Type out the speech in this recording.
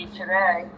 today